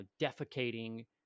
defecating